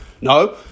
No